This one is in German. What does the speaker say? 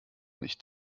nicht